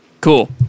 Cool